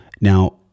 Now